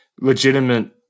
legitimate